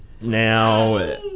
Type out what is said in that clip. Now